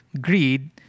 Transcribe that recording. greed